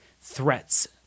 threats